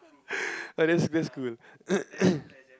well that's that's good